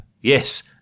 yes